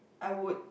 I would